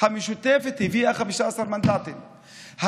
המשותפת הביאה 15 מנדטים.